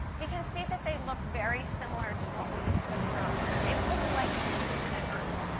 we can see that they look very similar to what we observe. they look like planet earth.